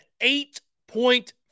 eight-point